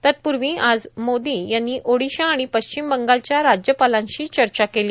तत्पूर्वी आज मोदी यांनी ओडिशा आणि पश्चिम बंगालच्या राज्यपालांशी चर्चा केली